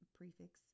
prefix